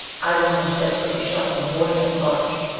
i lunged, desperately shoving, avoiding his clutch.